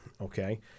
okay